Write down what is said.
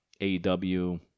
AEW